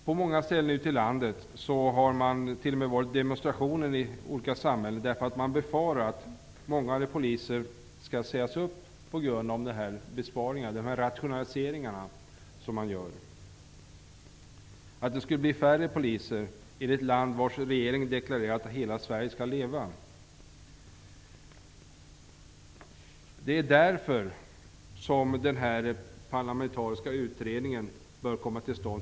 På många ställen ute i landet har det t.o.m. förekommit demonstrationer i olika samhällen därför att man befarar att många poliser skall sägas upp på grund av dessa besparingar och rationaliseringar. Man befarar att det skall bli färre poliser i ett land vars regering deklarerat att hela Sverige skall leva. Det är därför som den parlamentariska utredningen bör komma till stånd.